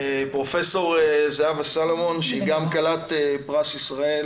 פרופ' זהבה סולומון, שהיא גם כלת פרס ישראל